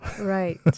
Right